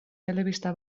telebista